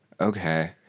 Okay